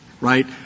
right